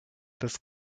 peuvent